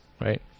right